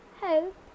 help